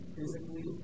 physically